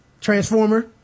transformer